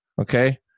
Okay